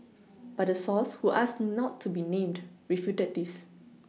but the source who asked not to be named refuted this